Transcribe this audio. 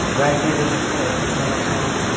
गाय के लिए सबसे अच्छा चारा कौन होते?